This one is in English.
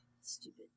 Stupid